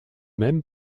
même